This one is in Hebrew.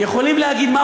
אם זו לא הסתה, מה